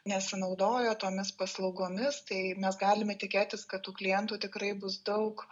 nesinaudojo tomis paslaugomis tai mes galime tikėtis kad tų klientų tikrai bus daug